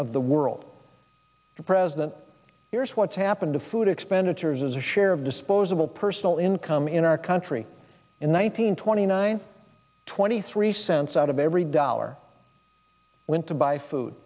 of the world the president here's what's happened to food expenditures as a share of disposable personal income in our country in one nine hundred twenty nine twenty three cents out of every dollar went to buy food